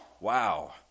Wow